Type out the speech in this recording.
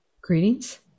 Greetings